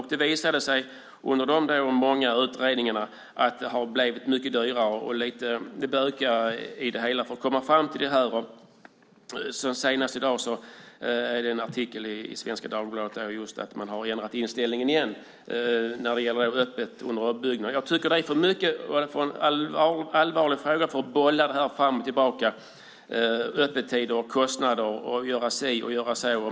Det har visat sig under de många utredningarna att det har blivit mycket dyrare och lite bökigare. Senast i dag var det en artikel i Svenska Dagbladet just om att man har ändrat inställning när det gäller att ha öppet under ombyggnaden. Jag tycker att det är en för allvarlig fråga för att man ska bolla det här fram och tillbaka. Det handlar om öppettider och kostnader och om att göra si och göra så.